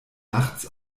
nachts